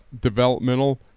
developmental